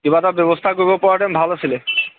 কিবা এটা ব্যৱস্থা কৰিবপৰা হেঁতেন ভাল আছিলে